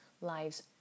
lives